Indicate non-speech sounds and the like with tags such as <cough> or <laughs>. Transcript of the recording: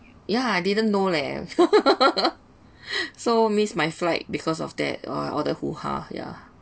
yeah I didn't know leh <laughs> so missed my flight because of that all all the hoo-hah yeah